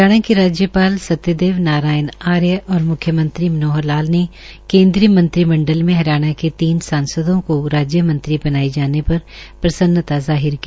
हरियाणा के राज्यपाल सत्यदेव नारायण आर्य और मुख्यमंत्री मनोहर लाल ने केन्द्रीय मंत्रिमंडल में हरियाणा के तीन सांसदों को राज्य मंत्री बनाये जाने पर प्रसन्नता ज़ाहिर की